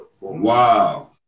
Wow